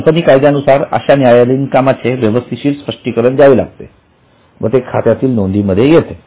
company कायद्यानुसार अशा न्यायालयीन प्रक्रियेचे व्यवस्थित स्पष्टीकरण द्यावे लागते व ते खात्यातील नोंदींमध्ये येते